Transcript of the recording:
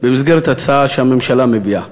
במסגרת הצעה שהממשלה מביאה.